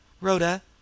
Rhoda